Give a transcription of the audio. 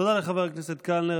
תודה לחבר הכנסת קלנר.